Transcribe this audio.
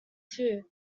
too